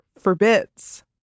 forbids